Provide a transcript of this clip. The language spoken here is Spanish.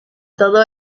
todo